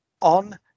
on